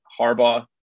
Harbaugh